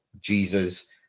Jesus